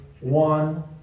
One